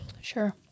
Sure